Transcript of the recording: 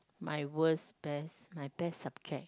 my worst best my best subject